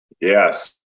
Yes